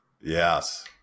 Yes